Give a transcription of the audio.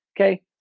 okay